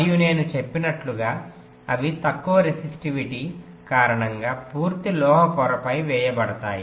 మరియు నేను చెప్పినట్లుగా అవి తక్కువ రెసిస్టివిటీ కారణంగా పూర్తిగా లోహ పొరలపై వేయబడతాయి